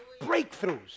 breakthroughs